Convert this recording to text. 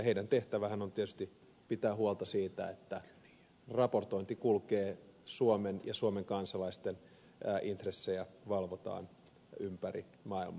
heidän tehtävänsähän on tietysti pitää huolta siitä että raportointi kulkee suomen ja suomen kansalaisten intressejä valvotaan ympäri maailmaa